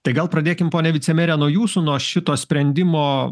tai gal pradėkim pone vicemere nuo jūsų nuo šito sprendimo